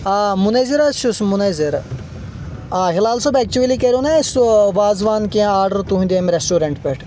آ مُنظِر حظ چُھس مُنظِر آ ہِلال صأب ایٚچُؤلی کریٚو نا اسہِ وازٕوان کیٚنٛہہ آرڈر تُہنٛدِ أمہِ رٮ۪سٹورنٹ پٮ۪ٹھ